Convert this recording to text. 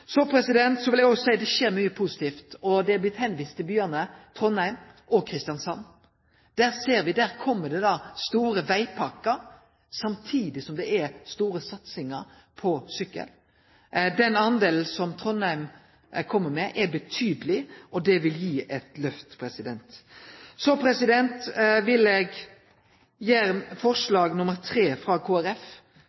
Så vil eg òg seie at det skjer mykje positivt. Det er blitt vist til byane, til Trondheim og Kristiansand. Der ser me at det kjem store vegpakkar samtidig som det er stor satsing på sykkel. Den delen som Trondheim kjem med, er betydeleg, og det vil gi eit lyft. Så vil eg gjere